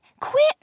quit